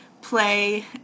play